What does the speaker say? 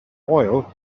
oil